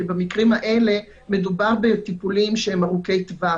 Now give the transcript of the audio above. כי במקרים האלה מדובר בטיפולים שהם ארוכי טווח,